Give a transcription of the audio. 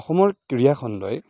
অসমৰ ক্ৰীড়াখণ্ডই